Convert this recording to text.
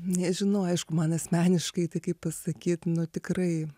nežinau aišku man asmeniškai tai kaip pasakyt nu tikrai